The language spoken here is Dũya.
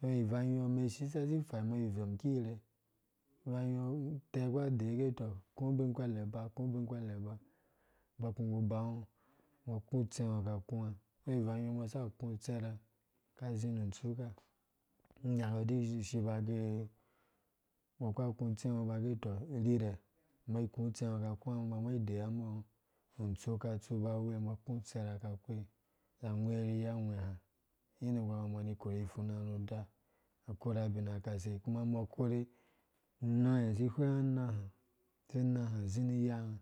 ivanguɔ umɛn si sa ifamen izɔm kirhee ivangyo utɛkpura dee gɛ tɔ, uku ubin kwɛlɛ ba, uku ubi kɛlɛ ba uba kũ ku bango, umbɔ aku utsengo kakuwa, ivangyɔ umbɔ saka aku utserha ka zi nu ntsuka, nu nyaka ungɔ di zi ushiba gɛ, umbɔ kpura ku utsɛngo ba gɛ tɔ irhirhɛ umbɔ ai iku utsengo ka kuɛ umbɔ umbɔ ai diya wa umbɔ ungo nu ntsuka, utsu bawe umbɔ aku utserha ka kwee za agwɛɛ ri iya ungwɛ ha yede ku ha kɔ umbɔ kani ikori ifuna ru uda akora bina kase kuma ubɔ akore una ha si ihwenga sai una ha zi ni iya ni iyanga